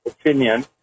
opinion